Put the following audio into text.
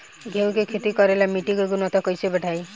गेहूं के खेती करेला मिट्टी के गुणवत्ता कैसे बढ़ाई?